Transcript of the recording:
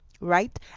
right